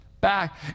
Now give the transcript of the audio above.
Back